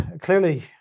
clearly